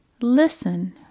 Listen